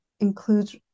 includes